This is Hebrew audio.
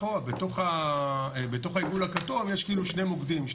בתוך העיגול הכתום יש כאילו שני מוקדים,